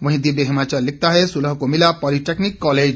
वहीं दिव्य हिमाचल लिखता है सुलह को मिला पॉलीटेक्नीक कॉलेज